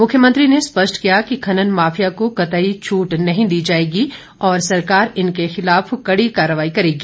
मुख्यमंत्री ने स्पष्ट किया कि खनन माफिया को कतई छूट नहीं दी जाएगी और सरकार इनके खिलाफ कड़ी कार्रवाई करेगी